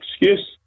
excuse